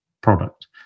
product